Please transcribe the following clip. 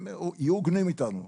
הם יהיו הוגנים איתנו.